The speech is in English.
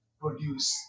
Produce